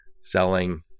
selling –